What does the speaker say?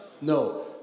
No